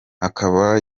akaba